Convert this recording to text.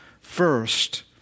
First